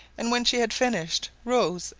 and when she had finished, rose,